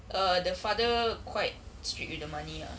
err the father quite strict with the money ah